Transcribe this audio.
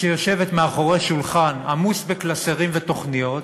שיושבת מאחורי שולחן עמוס בקלסרים ותוכניות